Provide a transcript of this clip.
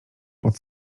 pod